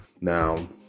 now